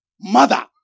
mother